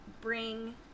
bring